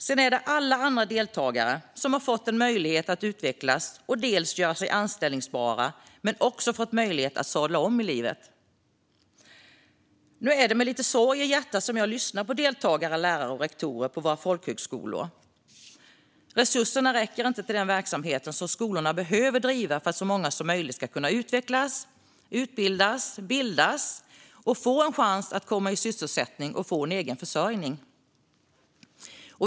Sedan är det alla andra deltagare som har fått en möjlighet att utvecklas och göra sig anställbara. De har också fått möjlighet att sadla om i livet. Nu är det med lite sorg i hjärtat som jag lyssnar på deltagare, lärare och rektorer på våra folkhögskolor. Resurserna räcker inte till den verksamhet som skolorna behöver driva för att så många som möjligt ska kunna utvecklas, utbildas, bildas och få en chans att komma i sysselsättning och få en egen försörjning.